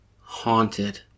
Haunted